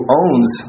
owns